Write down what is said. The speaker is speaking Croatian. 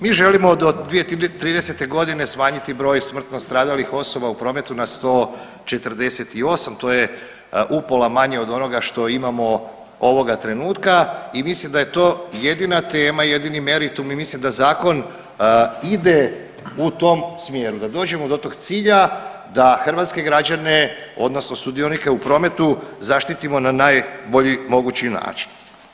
Mi želimo do 2030.g. smanjiti broj smrtno stradalih osoba u prometu na 148, to je upola manje od onoga što imamo ovoga trenutka i mislim da je to jedina tema i jedini meritum i mislim da zakon ide u tom smjeru da dođemo do tog cilja da hrvatske građane odnosno sudionike u prometu zaštitimo na najbolji mogući način.